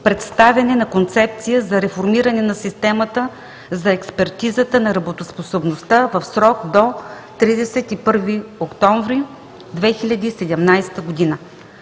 представяне на концепция за реформиране на системата за експертизата на работоспособността в срок до 31 октомври 2017 г.